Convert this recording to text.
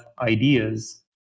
ideas